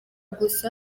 gusa